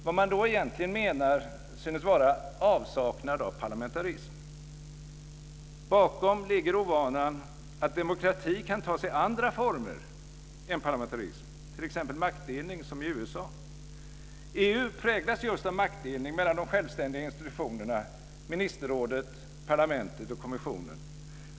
Vad man då egentligen menar synes vara avsaknad av parlamentarism. Bakom ligger ovanan vid att demokrati kan ta sig andra former än parlamentarism, t.ex. maktdelningen som i USA. EU präglas just av maktdelning mellan de självständiga institutionerna ministerrådet, parlamentet och kommissionen.